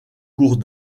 cours